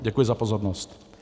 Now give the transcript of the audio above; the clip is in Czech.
Děkuji za pozornost.